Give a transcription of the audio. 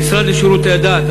המשרד לשירותי הדת,